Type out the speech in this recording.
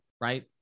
right